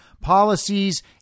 policies